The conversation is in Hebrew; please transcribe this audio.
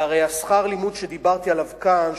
והרי שכר הלימוד שדיברתי עליו כאן,